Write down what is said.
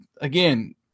again